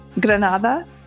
granada